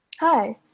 Hi